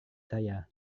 saya